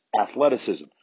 athleticism